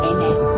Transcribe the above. Amen